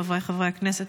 חבריי חברי הכנסת,